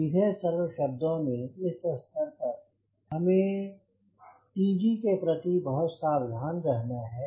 सीधे सरल शब्दों में इस स्तर पर हमें सी जी के प्रति बहुत सावधान रहना है